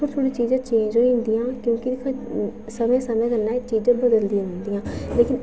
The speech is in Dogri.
थोह्ड़ी थोह्ड़ी चीजां चेंज होई जंदियां क्योंकि समें समें कन्नै चीजां बदलदियां रौंह्दियां लेकिन